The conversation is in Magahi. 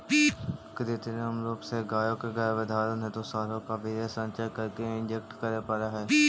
कृत्रिम रूप से गायों के गर्भधारण हेतु साँडों का वीर्य संचय करके इंजेक्ट करे पड़ हई